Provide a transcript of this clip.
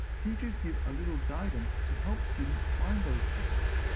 teachers give a little guidance to help students find those patterns.